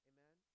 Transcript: Amen